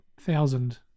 thousand